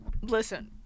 Listen